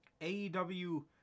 AEW